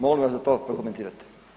Molim vas da to prokometirate.